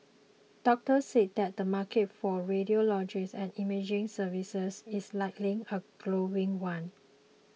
doctors say that the market for radiology and imaging services is likely a growing one